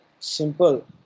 Simple